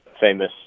famous